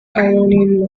ionian